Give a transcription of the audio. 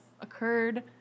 occurred